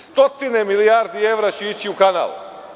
Stotine milijardi evra će otići u kanal.